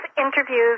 interviews